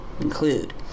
include